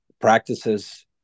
practices